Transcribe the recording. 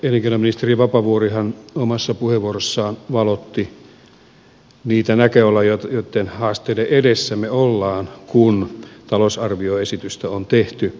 elinkeinoministeri vapaavuorihan omassa puheenvuorossaan valotti niitä näköaloja ja haasteita joitten edessä me olemme kun talousarvioesitystä on tehty